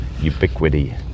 Ubiquity